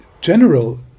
general